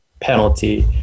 penalty